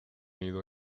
nido